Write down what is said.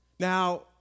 Now